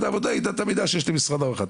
העבודה יהיה נגיש למידע שיש למשרד הרווחה?